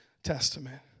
Testament